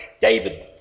David